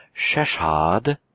Sheshad